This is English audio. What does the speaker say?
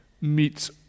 meets